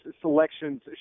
selections